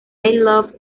love